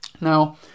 Now